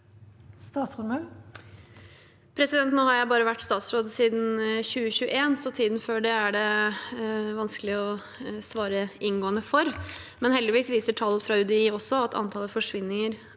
Jeg har bare vært statsråd siden 2021, så tiden før det er det vanskelig å svare inngående for. Men heldigvis viser tall fra UDI også at antall forsvinninger